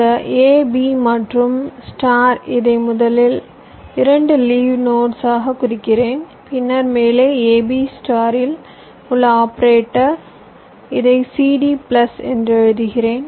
இந்த A B மற்றும் star இதை முதலில் 2 லீவ் நோட்ஸ் குறிக்கிறேன் பின்னர் மேலே AB ஸ்டாரில் உள்ள ஆபரேட்டர் இதை CD பிளஸ் என்று எழுதுகிறேன்